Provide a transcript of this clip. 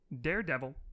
Daredevil